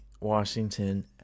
Washington